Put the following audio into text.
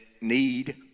need